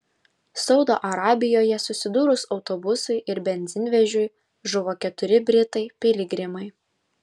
saudo arabijoje susidūrus autobusui ir benzinvežiui žuvo keturi britai piligrimai